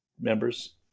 members